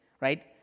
right